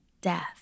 death